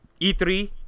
E3